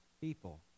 people